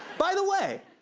by the way.